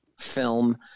film